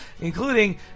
including